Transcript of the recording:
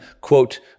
quote